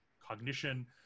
cognition